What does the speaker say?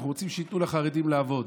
אנחנו רוצים שייתנו לחרדים לעבוד.